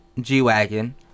G-Wagon